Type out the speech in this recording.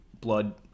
Blood